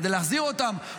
כדי להחזיר אותם.